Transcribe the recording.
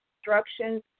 Instructions